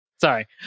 Sorry